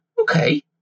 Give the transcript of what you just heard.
okay